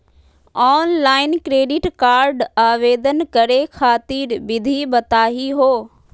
Online credit card आवेदन करे खातिर विधि बताही हो?